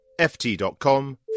ft.com